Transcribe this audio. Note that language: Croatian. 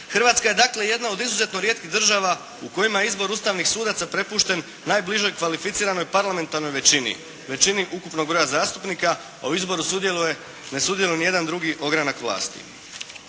Hrvatska je dakle jedna od izuzetno rijetkih država u kojima je izbor ustavnih sudaca prepušten najbližoj kvalificiranoj parlamentarnoj većini, većini ukupnog broja zastupnika a u izboru ne sudjeluje ni jedan drugi ogranak vlasti.